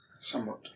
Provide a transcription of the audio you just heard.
Somewhat